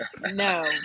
No